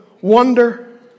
wonder